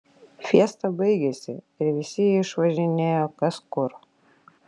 fiesta baigėsi ir visi išvažinėjo kas kur